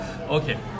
okay